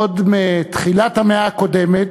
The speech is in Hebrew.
עוד מתחילת המאה הקודמת,